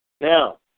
Now